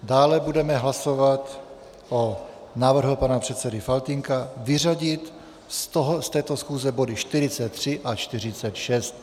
Dále budeme hlasovat o návrhu pana předsedy Faltýnka vyřadit z této schůze body 43 a 46.